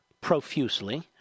profusely